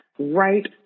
right